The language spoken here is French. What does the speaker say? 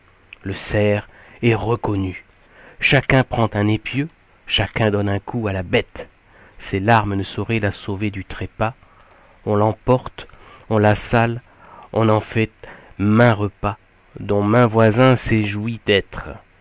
le cerf est reconnu chacun prend un épieu chacun donne un coup à la bête ses larmes ne sauraient la sauver du trépas on l'emporte on la sale on en fait maint repas dont maint voisin s'éjouit d'être